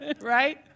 Right